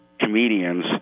comedians